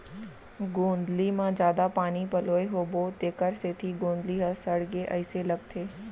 गोंदली म जादा पानी पलोए होबो तेकर सेती गोंदली ह सड़गे अइसे लगथे